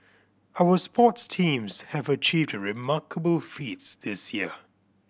our sports teams have achieved remarkable feats this year